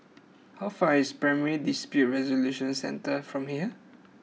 how far away is Primary Dispute Resolution Centre from here